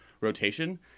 rotation